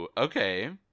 Okay